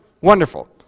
Wonderful